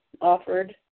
offered